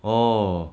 orh